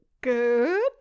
good